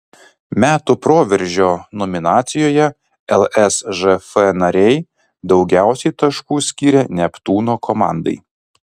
metų proveržio nominacijoje lsžf nariai daugiausiai taškų skyrė neptūno komandai